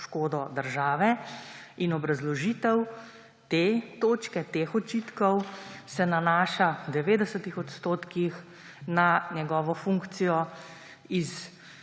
škodo države. Obrazložitev te točke, teh očitkov se nanaša v 90 % na njegovo funkcijo,